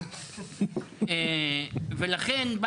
לכן,